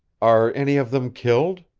are any of them killed?